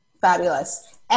Fabulous